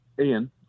Ian